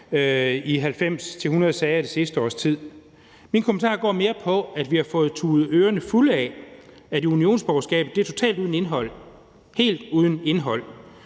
i 90-100 sager det sidste års tid. Min kommentar går mere på, at vi har fået tudet ørerne fulde af, at unionsborgerskabet er totalt uden indhold, helt uden indhold.